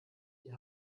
die